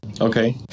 Okay